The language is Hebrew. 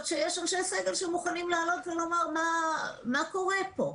שיש אנשי סגל שמוכנים לעלות ולומר מה קורה פה.